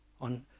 on